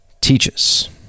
teaches